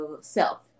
self